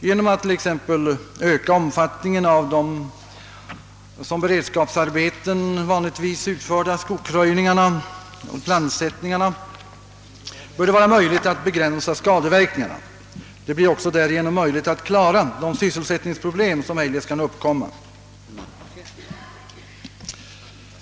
Genom att t.ex. öka omfattningen av de som beredskapsarbeten vanligtvis utförda skogsröjningarna och plantsättningarna bör det vara möjligt att begränsa skadeverkningarna. Det blir därigenom också möjligt att klara de sysselsättningsproblem som eljest kan uppkomma.